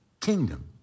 kingdom